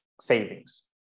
savings